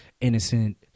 innocent